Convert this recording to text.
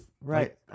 Right